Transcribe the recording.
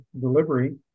delivery